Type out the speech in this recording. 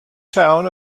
town